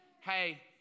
Hey